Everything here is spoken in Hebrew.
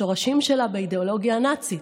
השורשים שלה באידיאולוגיה הנאצית.